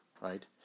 right